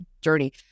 journey